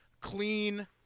clean